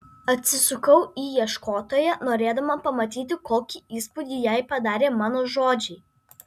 atsisukau į ieškotoją norėdama pamatyti kokį įspūdį jai padarė mano žodžiai